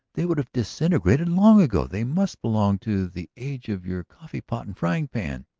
they would have disintegrated long ago. they must belong to the age of your coffee-pot and frying-pan!